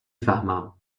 فهمم